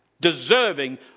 deserving